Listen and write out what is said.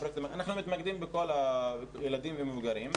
אנחנו מתמקדים בילדים ומבוגרים,